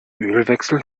ölwechsel